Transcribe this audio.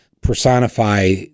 personify